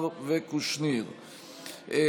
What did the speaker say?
חמד עמאר ואלכס קושניר,